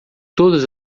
todas